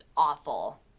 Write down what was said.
awful